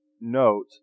note